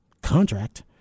contract